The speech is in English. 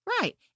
Right